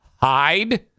hide